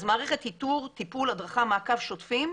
אז מערכת איתור, טיפול, הדרכה ומעקב שוטפים,